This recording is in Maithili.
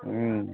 हुँ